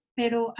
pero